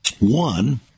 One